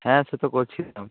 হ্যাঁ সে তো করছিলাম